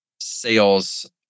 sales